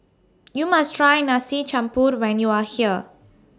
YOU must Try Nasi Campur when YOU Are here